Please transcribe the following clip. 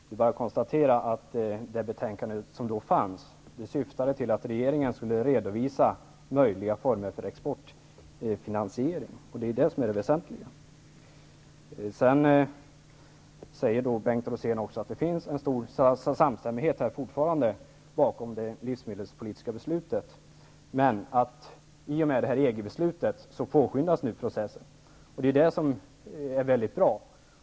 Konstateras kan emellertid att det dåvarande betänkandet syftade till att regeringen skulle redovisa möjliga former för exportfinansiering, vilket är det väsentliga. Bengt Rosén säger även att det fortfarande finns en stor samstämmighet bakom det livsmedelspolitiska beslutet, men att processen påskyndas i och med EG-beslutet. Det är bra.